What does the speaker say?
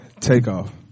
Takeoff